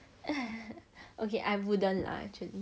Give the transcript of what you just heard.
err okay I wouldn't lah actually